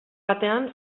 batean